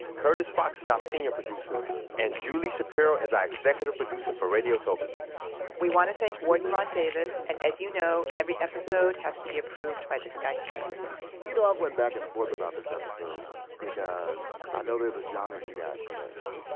curtis fox is our senior producer and julie shapiro is our executive producer for radiotopia we wanna thank warden ron davis, and as you know, every episode has to be approved by this guy here you know, i went back and forth about this episode because i know there's a genre you guys missed.